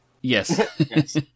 Yes